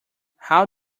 how